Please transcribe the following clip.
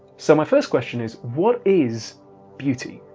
so my first question is what is beauty?